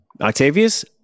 Octavius